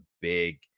big